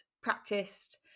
practiced